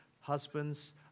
husbands